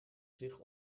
zich